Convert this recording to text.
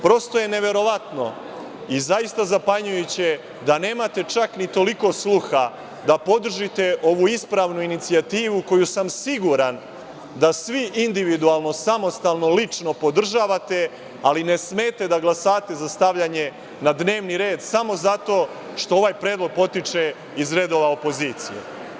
Prosto je neverovatno i zaista zapanjujuće da nemate čak ni toliko sluha da podržite ovu ispravnu inicijativu koju sam siguran da svi individualno, samostalno, lično podržavate, ali ne smete da glasate za stavljanje na dnevni red samo zato što ovaj predlog potiče iz redova opozicije.